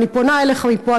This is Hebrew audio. ואני פונה אליך מפה,